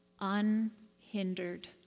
unhindered